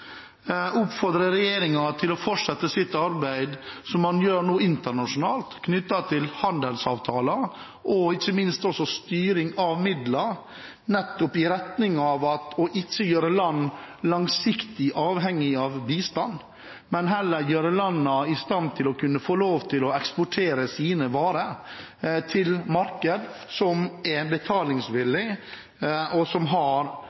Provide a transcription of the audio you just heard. til å fortsette arbeidet man nå gjør internasjonalt knyttet til handelsavtaler, og ikke minst også med styring av midler nettopp i retning av å ikke gjøre land langsiktig avhengig av bistand, men heller gjøre landene i stand til å kunne få lov til å eksportere varene sine til markeder som er betalingsvillige og har mulighet til å importere – det er helt vesentlig. Når det gjelder helse, har